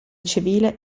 civile